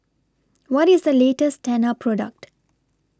What IS The latest Tena Product